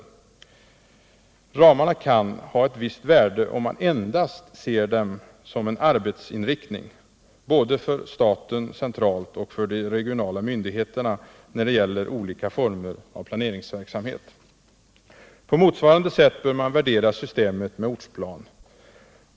Befolkningsramarna kan ha ett visst värde om man endast ser dem som en arbetsinriktning, både för staten centralt och för de regionala myndigheterna, när det gäller olika former av planeringsverksamhet. På motsvarande sätt bör man värdera systemet med ortsplan.